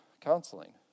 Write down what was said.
counseling